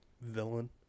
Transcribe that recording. villain